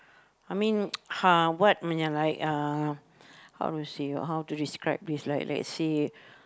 I mean !huh! what menyang like uh how to say or how to describe is like let's say